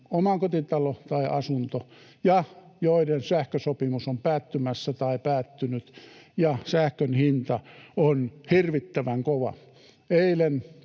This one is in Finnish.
omakotitalo tai asunto ja joiden sähkösopimus on päättymässä tai päättynyt ja sähkön hinta on hirvittävän kova.